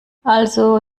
also